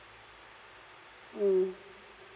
mm